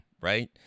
right